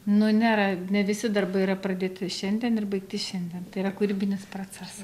nu nėra ne visi darbai yra pradėti šiandien ir baigti šiandien tai yra kūrybinis procesas